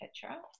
Petra